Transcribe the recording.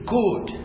good